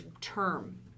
term